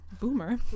Boomer